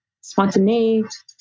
spontaneous